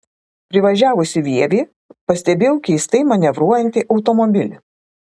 privažiavusi vievį pastebėjau keistai manevruojantį automobilį